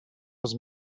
was